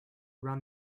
run